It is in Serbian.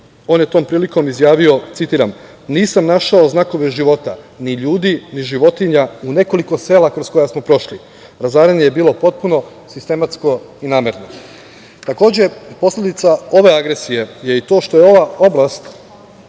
on je tom prilikom izjavio, citiram – nisam našao znakove života ni ljudi, ni životinja u nekoliko sela kroz koja smo prošli, razaranje je bilo potpuno, sistematsko i namerno. Takođe posledica ove agresije je i to, što je ova oblast